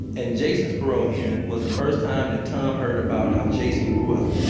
and jason's parole hearing was the first time that tom heard about how jason grew up.